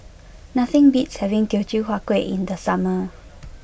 nothing beats having Teochew Huat Kueh in the summer